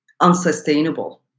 unsustainable